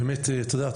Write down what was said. באמת את יודעת,